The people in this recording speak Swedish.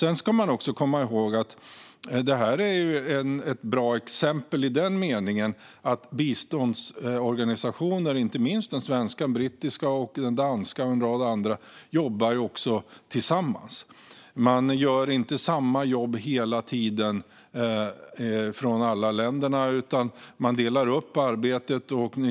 Sedan ska man också komma ihåg att det här är ett bra exempel i den meningen att biståndsorganisationer, inte minst den svenska, den brittiska, den danska och en rad andra, även jobbar tillsammans. Man gör inte samma jobb hela tiden från alla länder, utan man delar upp arbetet.